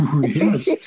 Yes